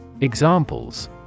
Examples